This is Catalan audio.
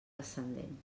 descendent